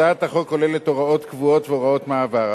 הצעת החוק כוללת הוראות קבועות והוראת מעבר.